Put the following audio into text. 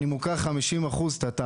אני מוכר 50% ---,